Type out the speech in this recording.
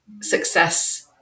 success